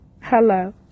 hello